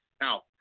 Now